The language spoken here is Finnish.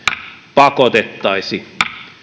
pakotettaisi